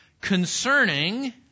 concerning